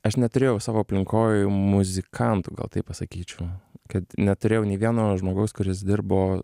aš neturėjau savo aplinkoj muzikantų gal taip pasakyčiau kad neturėjau nei vieno žmogaus kuris dirbo